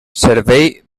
servei